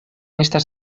estas